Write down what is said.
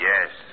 Yes